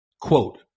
quote